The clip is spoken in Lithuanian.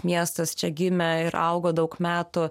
miestas čia gimė ir augo daug metų